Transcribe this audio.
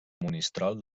monistrol